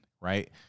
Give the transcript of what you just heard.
Right